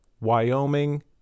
Wyoming